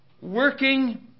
working